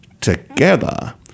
together